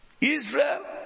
Israel